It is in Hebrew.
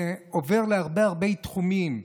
זה עובר להרבה הרבה תחומים: